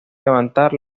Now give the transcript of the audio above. levantar